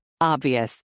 Obvious